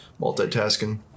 multitasking